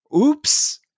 oops